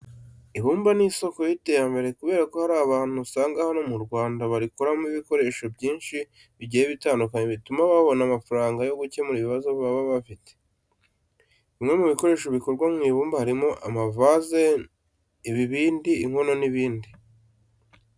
Ibumba ni isoko ry'iterambere kubera ko hari abantu usanga hano mu Rwanda barikoramo ibikoresho byinshi bigiye bitandukanye bituma babona amafaranga yo gukemuza ibibazo baba bafite. Bimwe mu bikoresho bikorwa mu ibumba harimo amavaze, ibibindi, inkono n'ibindi.